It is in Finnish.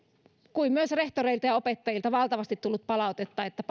kuin myös rehtoreilta ja opettajilta valtavasti on tullut palautetta että